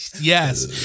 Yes